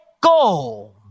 Go